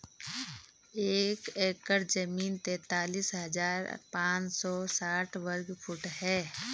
एक एकड़ जमीन तैंतालीस हजार पांच सौ साठ वर्ग फुट है